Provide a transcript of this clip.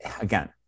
again